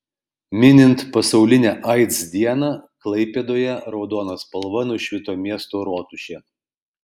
minint pasaulinę aids dieną klaipėdoje raudona spalva nušvito miesto rotušė